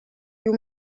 you